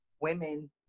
women